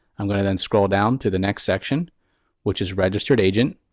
i'm going then scroll down to the next section which is registered agent.